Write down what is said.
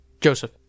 Joseph